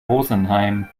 rosenheim